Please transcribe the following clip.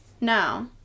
No